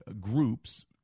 groups